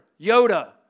Yoda